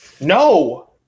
No